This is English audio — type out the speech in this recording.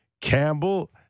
Campbell